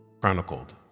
Chronicled